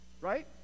right